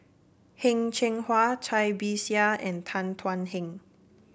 Heng Cheng Hwa Cai Bixia and Tan Thuan Heng